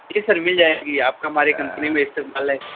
جی sir مل جائے گی آپ کا ہمارے کمپنی میں استقبال ہے